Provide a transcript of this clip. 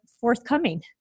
forthcoming